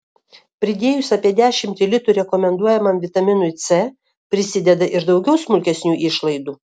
pridėjus apie dešimtį litų rekomenduojamam vitaminui c prisideda ir daugiau smulkesnių išlaidų